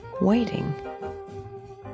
waiting